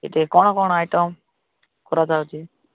ସେଠି କ'ଣ କ'ଣ ଆଇଟମ୍ ଚାଲିଛି